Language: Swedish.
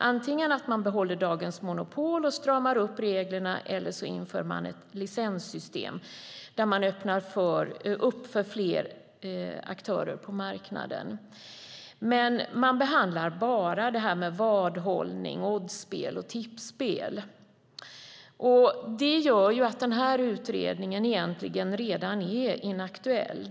Antingen behåller man dagens monopol och stramar upp reglerna eller också inför man ett licenssystem där man öppnar upp för fler aktörer på marknaden. Man behandlar dock enbart vadhållning, oddsspel och tipsspel. Det gör att utredningen egentligen redan är inaktuell.